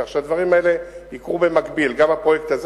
כך שהדברים האלה יקרו במקביל: גם הפרויקט הזה